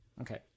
Okay